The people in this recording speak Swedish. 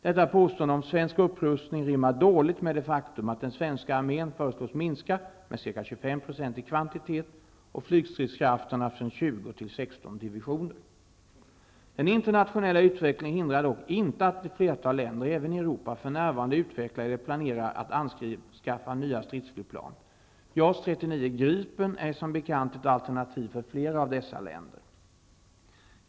Detta påstående om svensk upprustning rimmar dåligt med det faktum att den svenska armén föreslås minska med ca 25 % i kvantitet, och flygstridskrafterna från 20 till 16 divisioner. Den internationella utvecklingen hindrar dock inte att ett flertal länder, även i Europa, för närvarande utvecklar eller planerar att anskaffa nya stridsflygplan. JAS 39 GRIPEN är som bekant ett alternativ för flera av dessa länder.